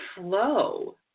flow